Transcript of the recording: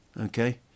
Okay